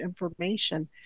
information